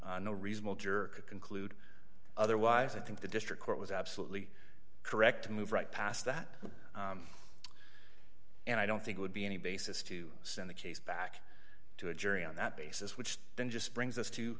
faith no reasonable juror could conclude otherwise i think the district court was absolutely correct to move right past that and i don't think it would be any basis to send the case back to a jury on that basis which then just brings us to